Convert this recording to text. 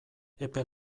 epe